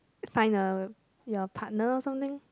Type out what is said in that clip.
find a your partner or something